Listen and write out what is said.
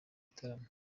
bitaramo